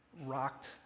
rocked